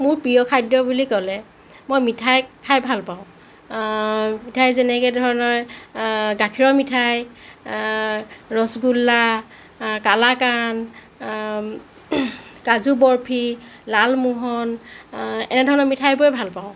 মোৰ প্ৰিয় খাদ্য বুলি ক'লে মই মিঠাই খাই ভাল পাওঁ মিঠাই যেনেকুৱা ধৰণৰ গাখীৰৰ মিঠাই ৰচগুল্লা কালাকাণ্ড কাজু বৰফি লালমোহন এনেধৰণৰ মিঠাইবোৰে ভাল পাওঁ